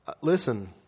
Listen